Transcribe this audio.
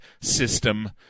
system